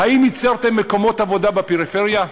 האם יצרתם מקומות עבודה בפריפריה?